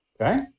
Okay